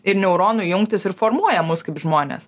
ir neuronų jungtys ir formuoja mus kaip žmones